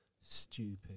stupid